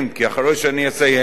כי אחרי שאני אסיים,